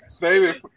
baby